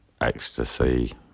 ecstasy